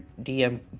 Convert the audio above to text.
DM